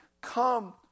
come